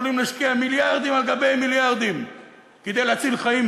יכולים להשקיע מיליארדים על גבי מיליארדים כדי להציל חיים,